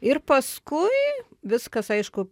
ir paskui viskas aišku